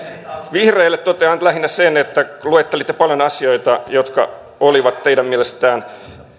vihreille totean nyt lähinnä sen että luettelitte paljon asioita jotka olivat teidän mielestänne